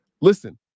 Listen